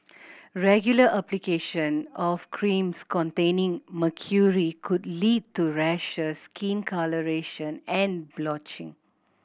regular application of creams containing mercury could lead to rashes skin colouration and blotching